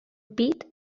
pit